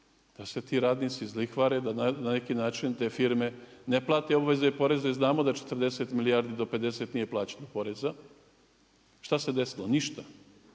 da se ti radnici izlihvare i da na neki način te firme ne plate obveze i poreze i znamo da 40 milijardi do 50 nije plaćeno poreza. Šta se desilo? Ništa.